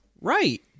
Right